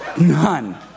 None